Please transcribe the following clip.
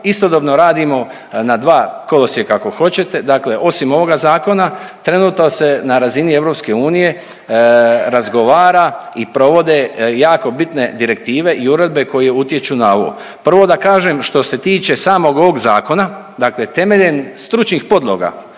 istodobno radimo na dva kolosijeka ako hoćete, dakle osim ovoga zakona trenutno se na razini EU razgovara i provode jako bitne direktive i uredbe koje utječu na ovo. Prvo da kažem što se tiče samog ovog zakona, dakle temeljem stručnih podloga